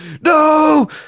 No